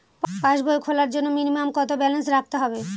পাসবই খোলার জন্য মিনিমাম কত ব্যালেন্স রাখতে হবে?